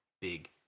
Big